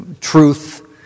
truth